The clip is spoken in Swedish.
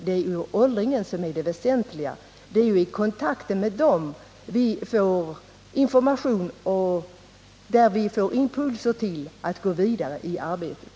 Det är naturligtvis patienterna som är det väsentliga, och det är i kontakten med dem som vi får information och impulser till att gå vidare i arbetet.